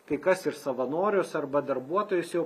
kai kas ir savanorius arba darbuotojus jau